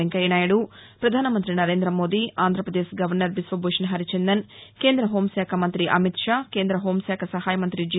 వెంకయ్యనాయుడు ప్రధానమంతి నరేంద్రమోదీ ఆంధ్రప్రదేశ్ గవర్నర్ బీశ్వ భూషణ్ హరిచందన్ కేంద్ర హోంశాఖ మంతి అమిత్ షా కేంద్ర హోంశాఖ సహాయ మంతి జి